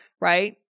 Right